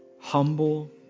humble